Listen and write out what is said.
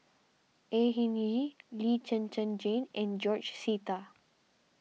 Au Hing Yee Lee Zhen Zhen Jane and George Sita